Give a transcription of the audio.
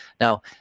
Now